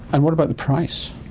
and what about the price?